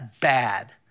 bad